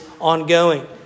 ongoing